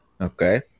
Okay